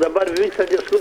dabar visa diskus